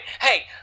Hey